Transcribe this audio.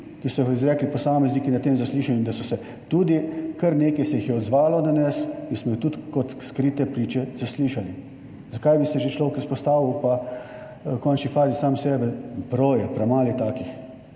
ki so jih izrekli posamezniki na tem zaslišanju, in kar nekaj se jih je odzvalo danes in smo jih tudi kot skrite priče zaslišali. Zakaj bi se že človek izpostavil, v končni fazi, sam sebe? Prav je, premalo je takih,